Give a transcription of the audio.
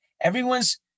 everyone's